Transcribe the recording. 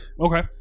Okay